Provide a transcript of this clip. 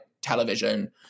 television